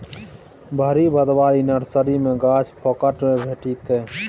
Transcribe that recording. भरि भदवारी नर्सरी मे गाछ फोकट मे भेटितै